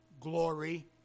glory